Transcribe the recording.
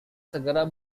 segera